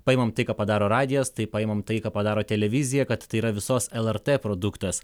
paimam tai ką padaro radijas tai paimam tai ką padaro televizija kad tai yra visos lrt produktas